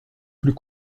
plus